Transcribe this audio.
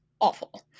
awful